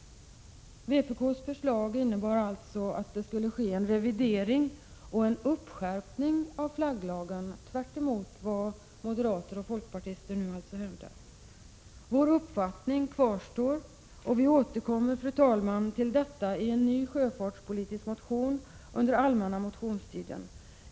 Vpk:s förslag innebär en revidering och uppskärpning av flagglagen, tvärtemot vad moderater och folkpartister nu kräver. Vår uppfattning kvarstår och vi återkommer, fru talman, till detta i en ny sjöfartspolitisk motion under allmänna motionstiden.